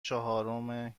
چهارم